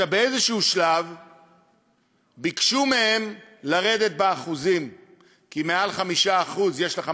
בשלב כלשהו ביקשו מהם לרדת באחוזים כי מעל 5% יש לך,